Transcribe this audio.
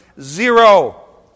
Zero